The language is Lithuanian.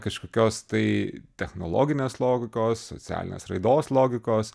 kažkokios tai technologinės logikos socialinės raidos logikos